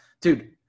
dude